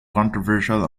controversial